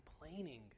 complaining